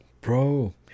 Bro